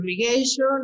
irrigation